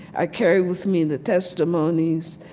i carried with me the testimonies.